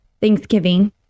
Thanksgiving